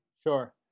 Sure